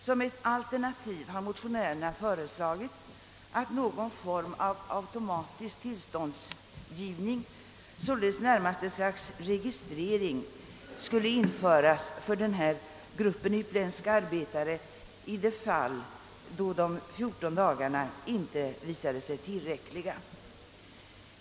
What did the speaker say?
Som ett alternativ har motionärerna föreslagit införandet av någon form av automatisk tillståndsgivning — alltså närmast ett slags registrering — för denna grupp utländska arbetare i de fall då de 14 dagarna visar sig otillräckliga.